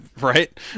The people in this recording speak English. Right